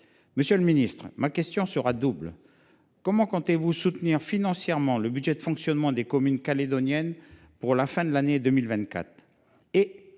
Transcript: Monsieur le ministre, ma question sera double. Comment comptez vous soutenir financièrement le budget de fonctionnement des communes calédoniennes pour la fin de l’année 2024 ?